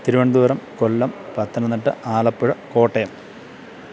Thiruvananthapuram Kollam Pathanamthitta Alappuzha Kottayam